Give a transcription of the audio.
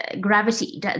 gravity